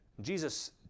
Jesus